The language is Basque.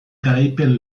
garaipen